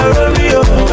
Romeo